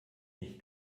nicht